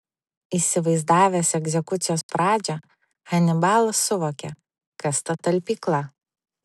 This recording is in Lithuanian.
įsivaizdavęs egzekucijos pradžią hanibalas suvokė kas ta talpykla